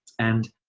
and,